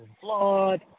flawed